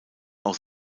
auch